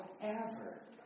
forever